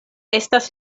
estas